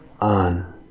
on